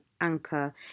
anchor